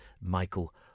Michael